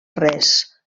res